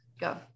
Go